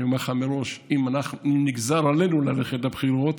אני אומר לך מראש שאם נגזר עלינו ללכת לבחירות,